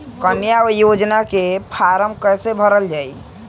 कन्या योजना के फारम् कैसे भरल जाई?